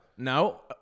No